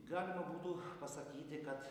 galima būtų pasakyti kad